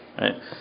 right